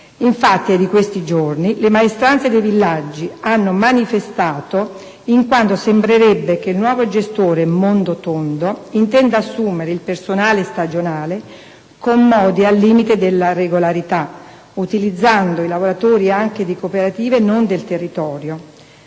notizia è di questi giorni - le maestranze dei villaggi hanno manifestato in quanto sembrerebbe che il nuovo gestore (Mondotondo) intenda assumere il personale stagionale con modi al limite della regolarità, utilizzando lavoratori anche di cooperative non del territorio.